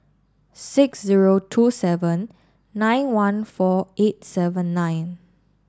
six zero two seven nine one four eight seven nine